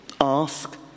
ask